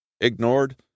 Ignored